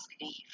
leave